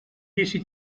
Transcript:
vici